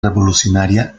revolucionaria